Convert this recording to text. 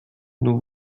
nous